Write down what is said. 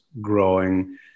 growing